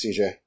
CJ